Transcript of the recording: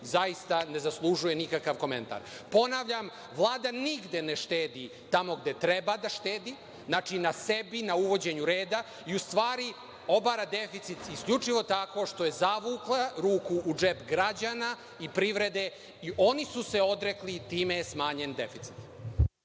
zaista ne zaslužuje nikakav komentar. Ponavljam, Vlada nigde ne štedi tamo gde treba da štedi, na sebi, na uvođenju reda i u stvari obara deficit isključivo tako što je zavukla ruku u džep građana i privrede. Oni su se odrekli i time je smanjen deficit.